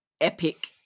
epic